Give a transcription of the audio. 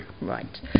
Right